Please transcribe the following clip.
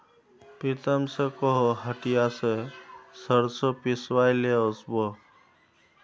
प्रीतम स कोहो हटिया स सरसों पिसवइ ले वस बो